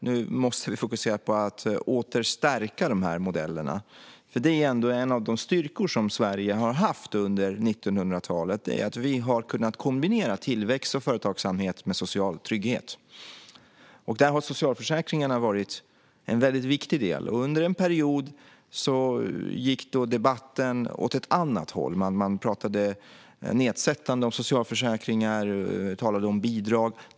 Nu måste vi fokusera på att åter stärka de här modellerna. En av de styrkor som Sverige har haft under 1900-talet är att vi har kunnat kombinera tillväxt och företagsamhet med social trygghet. Där har socialförsäkringarna varit en väldigt viktig del. Under en period gick debatten åt ett annat håll. Man pratade nedsättande om socialförsäkringar och talade om bidrag.